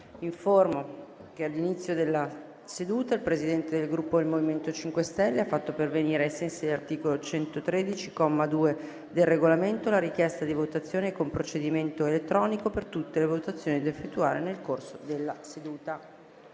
che all'inizio della seduta il Presidente del Gruppo MoVimento 5 Stelle ha fatto pervenire, ai sensi dell'articolo 113, comma 2, del Regolamento, la richiesta di votazione con procedimento elettronico per tutte le votazioni da effettuare nel corso della seduta.